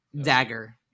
dagger